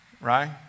right